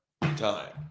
time